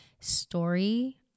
story